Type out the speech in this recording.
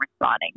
responding